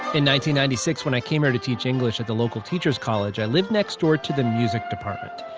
and ninety ninety six when i came here to teach english at the local teachers' college, i lived next door to the music department.